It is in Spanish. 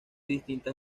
distintas